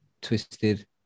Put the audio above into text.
Twisted